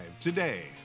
today